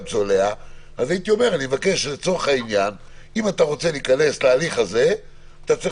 צולע אז הייתי אומר שאני מבקש ממי שרוצה להיכנס להליך הזה שיהיה